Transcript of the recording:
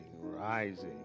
rising